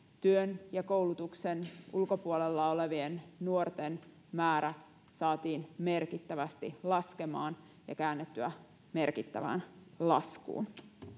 työn ja koulutuksen ulkopuolella olevien nuorten määrä saatiin merkittävästi laskemaan ja käännettyä merkittävään laskuun